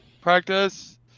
practice